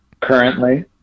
currently